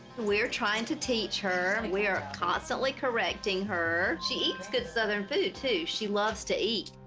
we're trying to teach her, we're constantly correcting her. she eats good southern food too, she loves to eat.